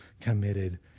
committed